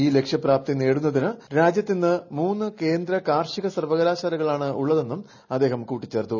ഈ ലക്ഷ്യപ്രാപ്തി നേടുന്നതിന് രാജ്യത്ത് ഇന്ന് മൂന്ന് കേന്ദ്ര കാർഷിക സർവ്വകലാശാലകൾ ആണ് ഉള്ളതെന്നും അദ്ദേഹം പറഞ്ഞു